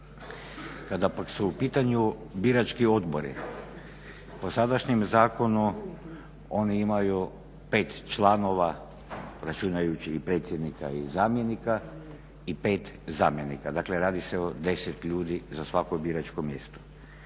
Kada su pak u pitanju birački odbori po sadašnjem zakonu oni imaju pet članova računajući predsjednika i zamjenika i pet zamjenika, dakle radi se o deset ljudi za svako biračko mjesto.